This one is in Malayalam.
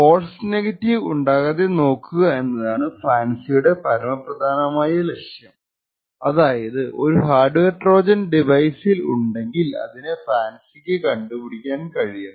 ഫാൾസ് നെഗറ്റീവ് ഉണ്ടാകാതെ നോക്കുക എന്നതാണ് ഫാൻസിയുടെ പരമപ്രദാനാമായ ലക്ഷ്യം അതായതു ഒരു ഹാർഡ്വെയർ ട്രോജൻ ഡിവൈസിൽ ഉണ്ടെങ്കിൽ അതിനെ ഫാൻസിക്ക് കണ്ടുപിടിക്കാൻ കഴിയണം